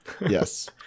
Yes